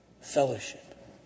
fellowship